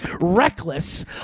reckless